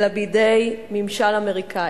אלא בידי ממשל אמריקני,